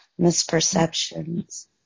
misperceptions